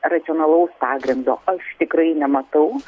racionalaus pagrindo aš tikrai nematau